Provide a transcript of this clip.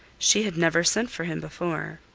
she had never sent for him before.